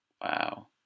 wow